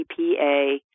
EPA